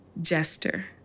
Jester